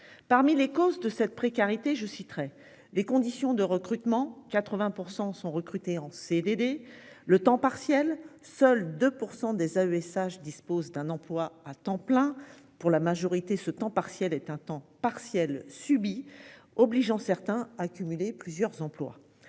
parmi les causes de cette précarité, je citerai les conditions de recrutement 80% sont recrutés en CDD. Le temps partiel, seuls 2% des AESH dispose d'un emploi à temps plein pour la majorité ce temps partiel est un temps partiel subi, obligeant certains à cumuler plusieurs emplois.